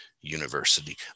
University